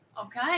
Okay